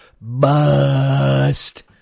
bust